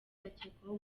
akekwaho